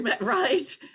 right